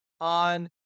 on